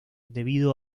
debido